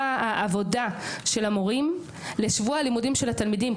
העבודה של המורים לשבוע הלימודים של התלמידים.